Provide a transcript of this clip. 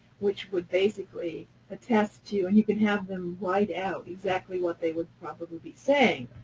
which would basically attest to and you can have them write out exactly what they would probably be saying.